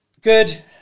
good